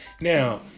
Now